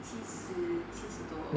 七十七十多